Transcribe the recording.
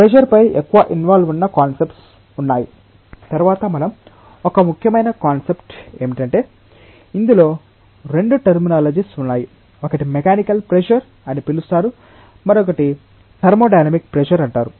pressure పై ఎక్కువ involve ఉన్న కాన్సెప్ట్స్ ఉన్నాయి తరువాత మనం ఒక ముఖ్యమైన కాన్సెప్ట్ ఏమిటంటే ఇందులో 2 టెర్మినాలజీస్ ఉన్నాయి ఒకటి మెకానికల్ ప్రెషర్ అని పిలుస్తారు మరొకటి థర్మోడైనమిక్ ప్రెజర్ అంటారు